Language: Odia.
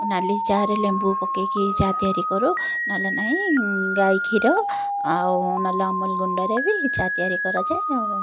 ନାଲି ଚାରେ ଲେମ୍ବୁ ପକାଇକି ଚା ତିଆରି କରୁ ନହେଲେ ନାହିଁ ଗାଈ କ୍ଷୀର ଆଉ ନହେଲେ ଅମୁଲ ଗୁଣ୍ଡରେ ବି ଚା ତିଆରି କରାଯାଏ ଆଉ